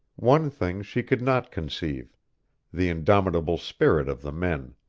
one thing she could not conceive the indomitable spirit of the men.